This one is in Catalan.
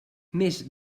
més